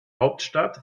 hauptstadt